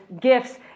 Gifts